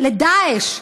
לדאעש,